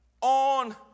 on